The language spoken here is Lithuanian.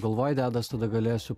galvoj dedas tada galėsiu